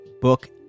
book